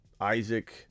Isaac